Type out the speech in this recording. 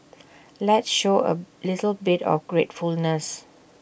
let's show A little bit of gratefulness